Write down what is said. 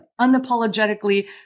unapologetically